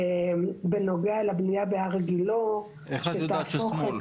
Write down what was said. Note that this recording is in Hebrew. בנוגע לבנייה בהר גילה --- איך את יודעת ששמאל?